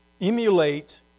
emulate